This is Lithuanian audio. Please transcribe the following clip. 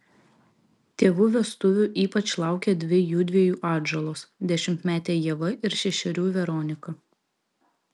tėvų vestuvių ypač laukė dvi jųdviejų atžalos dešimtmetė ieva ir šešerių veronika